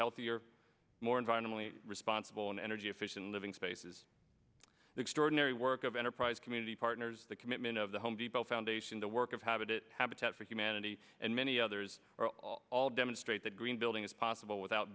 healthier more environmentally responsible and energy efficient living spaces the extraordinary work of enterprise community partners the commitment of the home depot foundation the work of habit it habitat for humanity and many others are all all demonstrate that green building is possible without